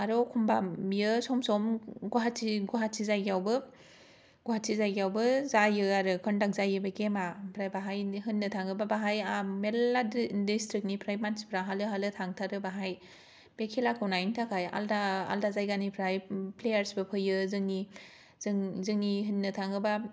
आरो एखनबा बियो सम सम गुवाहाटी जायगायावबो गुवाहाटी जायगायावबो जायो आरो कनदाक्ट जायो बे गेमा ओंफ्राय बाहाय होननो थांङोब्ला बाहाय मेर्ल्ला दिसट्रिक्ट निफ्राय मानसिफ्रा हालो हालो थांदोथारो बाहाय बे खेलाखौ नायनो थाखाय आलादा आलादा जायगानिफ्राइ फ्लेयार्स फैयो जोंनि जोंनि होन्नो थाङोब्ला